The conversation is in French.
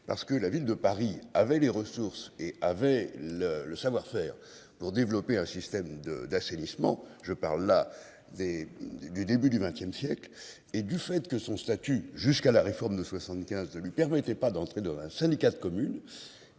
parce que la Ville de Paris avait les ressources et avait le le savoir- faire pour développer un système de d'assainissement, je parle là des du début du XXe siècle et du fait que son statut jusqu'à la réforme de 75 ne lui permettait pas d'entrer dans un syndicat de communes.